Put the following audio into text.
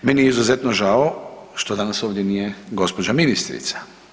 Meni je izuzetno žao što danas ovdje nije gospođa ministrica.